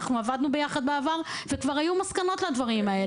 עבדנו ביחד בעבר וכבר היו מסקנות לדברים האלה.